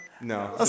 No